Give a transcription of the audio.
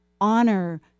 honor